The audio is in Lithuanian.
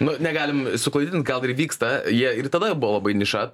nu negalim suklaidint gal ir vyksta jie ir tada jau bo labai niša